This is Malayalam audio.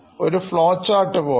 ഒരു ഫ്ലോചാർട്ട് പോലെ